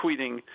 tweeting